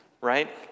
right